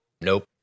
Nope